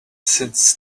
since